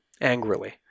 angrily